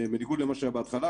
בנגוד למה שהיה בהתחלה